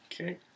Okay